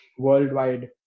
worldwide